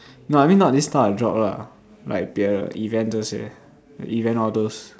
no I mean not this type of job lah like 别的 event 这些 the event all those